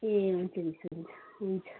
ए हुन्छ मिस हुन्छ हुन्छ